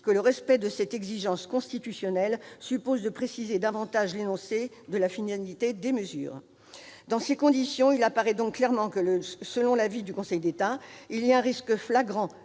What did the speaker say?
que le respect de cette exigence constitutionnelle suppose de préciser davantage l'énoncé de la finalité des mesures ». Dans ces conditions, il apparaît clairement que, selon l'avis du Conseil d'État, ce projet de loi